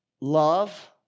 love